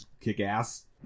kick-ass